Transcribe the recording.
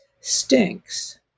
stinks